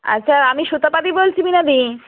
আচ্ছা আমি সুতপাদি বলছি বীণাদি